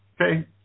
Okay